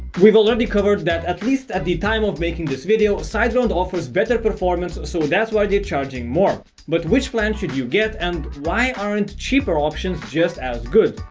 we've already covered that at least at the time of making this video siteground offers better performance so that's why they're charging more but which plans should you get and why aren't cheaper options just as good.